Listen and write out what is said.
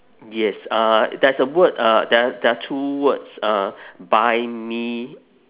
yes uh there's a word uh there are there are two words uh buy me